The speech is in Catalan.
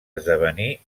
esdevenir